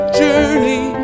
journey